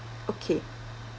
okay